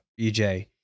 EJ